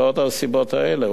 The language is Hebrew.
ועוד הסיבות האלה,